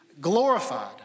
glorified